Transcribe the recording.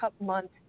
month